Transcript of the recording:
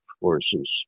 forces